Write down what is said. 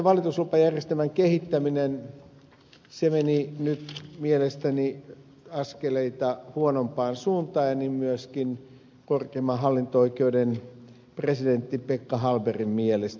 valituslupajärjestelmän kehittäminen meni nyt mielestäni askeleita huonompaan suuntaan ja niin myöskin korkeimman hallinto oikeuden presidentin pekka hallbergin mielestä